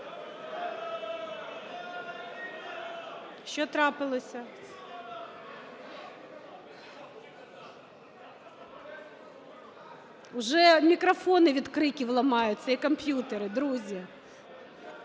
Що трапилося? Уже мікрофони від криків ламаються і комп'ютери, друзі!